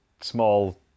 small